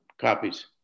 copies